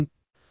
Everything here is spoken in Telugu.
ఆమె ఏమంటోంది